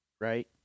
right